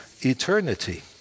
eternity